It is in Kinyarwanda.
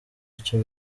icyo